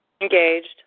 Engaged